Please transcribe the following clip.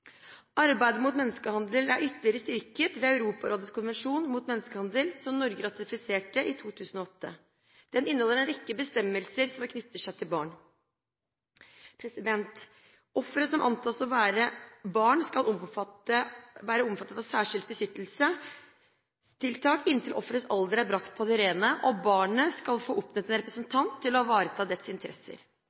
Arbeidet mot menneskehandel er ytterligere styrket ved Europarådets konvensjon mot menneskehandel, som Norge ratifiserte i 2008. Den inneholder en rekke bestemmelser som knytter seg til barn. Ofre som antas å være barn, skal være omfattet av særskilte beskyttelsestiltak inntil offerets alder er brakt på det rene, og barnet skal få oppnevnt en representant til å ivareta dets interesser.